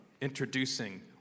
introducing